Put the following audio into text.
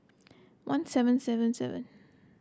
one seven seven seven